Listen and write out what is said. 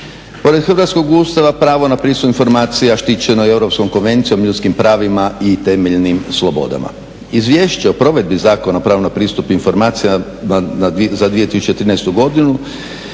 Pored hrvatskog Ustava pravo na pristup informacijama štićeno je Europskom konvencijom o ljudskim pravima i temeljnim slobodama. Izvješće o provedbi Zakona o pravu na pristup informacijama za 2013. godinu